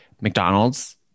McDonald's